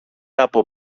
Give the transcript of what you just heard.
από